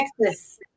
Texas